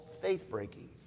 faith-breaking